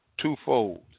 twofold